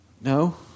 No